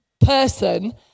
person